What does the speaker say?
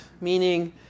meaning